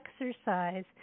exercise